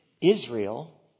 Israel